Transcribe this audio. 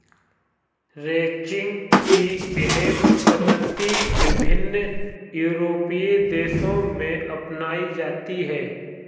ranching की यह पद्धति विभिन्न यूरोपीय देशों में अपनाई जाती है